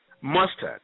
mustard